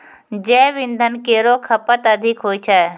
जैव इंधन केरो खपत अधिक होय छै